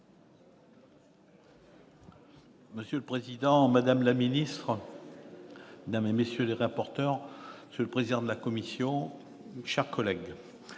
Monsieur le président, madame la ministre, mesdames, messieurs les rapporteurs, monsieur le président de la commission, mes chers collègues,